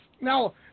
Now